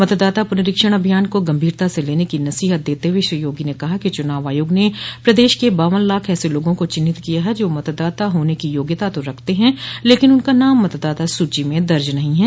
मतदाता पुनरीक्षण अभियान को गंभीरता से लेने की नसीहत देते हुए श्री योगी ने कहा कि चुनाव आयोग ने प्रदेश के बावन लाख ऐसे लोगों को चिन्हित किया है जो मतदाता होने की योग्यता तो रखते हैं लेकिन उनका नाम मतदाता सूची में दर्ज नहीं है